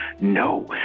no